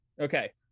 Okay